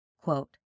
Quote